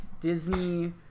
Disney